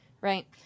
Right